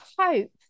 hope